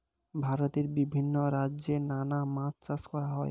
ভারতে বিভিন্ন রাজ্যে নানা মাছ চাষ করা হয়